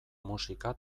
musika